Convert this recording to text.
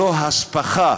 זו הספחה,